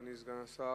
אדוני סגן השר,